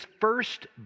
first